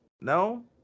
no